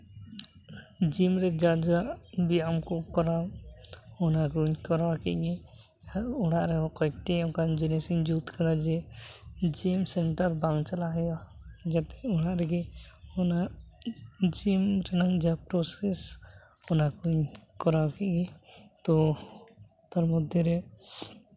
gym ᱨᱮ ᱡᱟ ᱜᱮ ᱵᱮᱭᱟᱢ ᱠᱚ ᱠᱚᱨᱟᱣ ᱚᱱᱟᱠᱩᱧ ᱠᱚᱨᱟᱣ ᱠᱮᱫ ᱜᱮ ᱟᱨ ᱚᱲᱟᱜ ᱨᱮ ᱠᱚᱭᱮᱠᱴᱤ ᱚᱝᱠᱟᱱ ᱡᱤᱱᱤᱥᱤᱧ ᱡᱩᱛ ᱠᱟᱫᱟ ᱡᱮ ᱡᱮ ᱡᱤᱢ ᱥᱮᱱᱴᱟᱨ ᱵᱟᱝ ᱪᱟᱞᱟᱜ ᱦᱩᱭᱩᱜᱼᱟ ᱡᱟᱜᱮ ᱚᱲᱟᱜ ᱨᱮᱜᱮ ᱚᱱᱟ ᱡᱤᱢ ᱨᱮᱱᱟᱝ ᱡᱟ ᱯᱨᱚᱥᱮᱥ ᱚᱱᱟ ᱠᱩᱧ ᱠᱚᱨᱟᱣ ᱠᱮᱫ ᱜᱮ ᱛᱚ ᱛᱟᱨ ᱢᱚᱫᱽᱫᱷᱮ ᱨᱮ